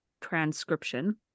transcription